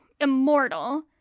immortal